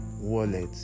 wallet